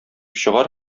чыгар